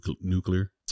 Nuclear